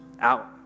out